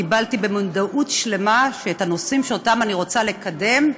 קיבלתי במודעות שלמה שאת הנושאים שאני רוצה לקדם,